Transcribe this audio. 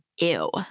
ew